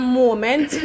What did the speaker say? moment